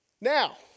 Now